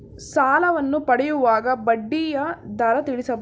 ಸಾಲವನ್ನು ಪಡೆಯುವಾಗ ಬಡ್ಡಿಯ ದರ ತಿಳಿಸಬಹುದೇ?